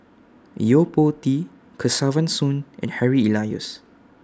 Yo Po Tee Kesavan Soon and Harry Elias